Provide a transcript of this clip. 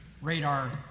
Radar